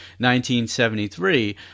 1973